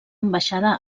ambaixada